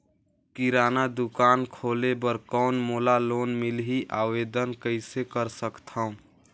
किराना दुकान खोले बर कौन मोला लोन मिलही? आवेदन कइसे कर सकथव?